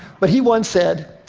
but he once said,